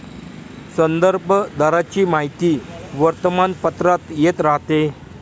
संदर्भ दराची माहिती वर्तमानपत्रात येत राहते